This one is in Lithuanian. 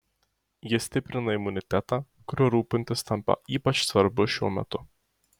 ji stiprina imunitetą kuriuo rūpintis tampa ypač svarbu šiuo metu